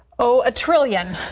oh, a trillion?